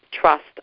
trust